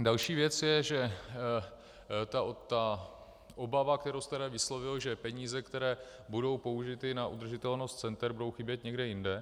Další věc je, že obava, kterou jste vyslovil, že peníze, které budou použity na udržitelnost center, budou chybět někde jinde.